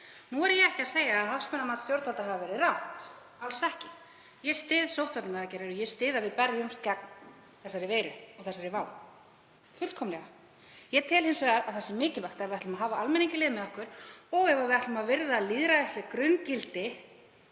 Nú er ég ekki að segja að hagsmunamat stjórnvalda hafi verið rangt, alls ekki. Ég styð sóttvarnaaðgerðir og ég styð fullkomlega að við berjumst gegn þessari veiru og þessari vá. Ég tel hins vegar að það sé mikilvægt, ef við ætlum að hafa almenning í liði með okkur og ef við ætlum að virða lýðræðisleg grunngildi,